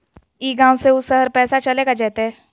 ई गांव से ऊ शहर पैसा चलेगा जयते?